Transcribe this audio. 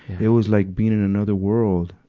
it was like being in another world,